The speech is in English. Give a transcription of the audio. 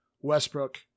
Westbrook